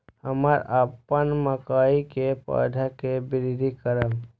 हम अपन मकई के पौधा के वृद्धि करब?